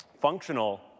functional